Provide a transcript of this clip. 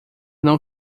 não